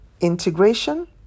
integration